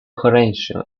horatio